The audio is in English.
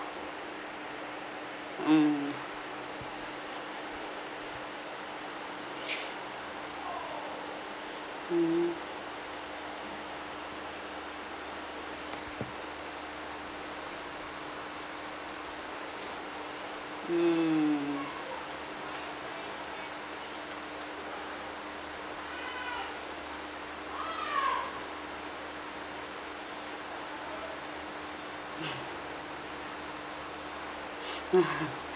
mm mm mm